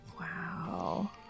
wow